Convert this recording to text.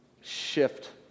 shift